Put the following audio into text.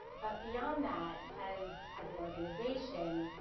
but, beyond that, as as an organization,